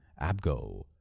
Abgo